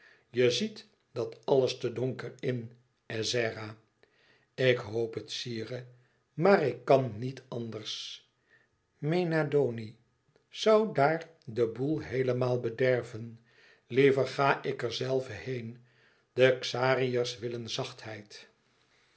je ziet dat alles te donker in ezzera ik hoop het sire maar ik kan niet anders mena doni zoû daar den boel heelemaal bederven liever ga ik er zelf heen de xariërs willen zachtheid